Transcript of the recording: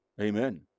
Amen